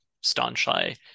staunchly